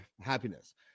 happiness